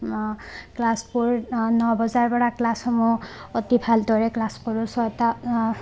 ক্লাছবোৰ ন বজাৰ পৰা ক্লাছসমূহ অতি ভালদৰে ক্লাছ কৰোঁ ছয়টা